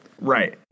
Right